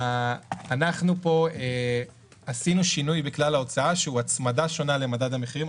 אנחנו עשינו שינוי בכלל ההוצאה שהוא הצמדה שונה למדד המחירים.